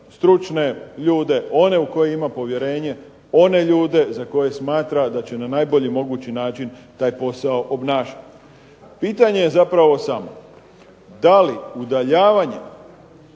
stručne ljude, one u koje ima povjerenje, one ljude za koje smatra da će na najbolji mogući način taj posao obnašati. Pitanje je zapravo samo da li udaljavanje